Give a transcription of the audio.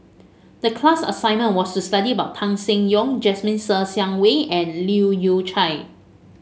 the class assignment was to study about Tan Seng Yong Jasmine Ser Xiang Wei and Leu Yew Chye